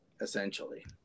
essentially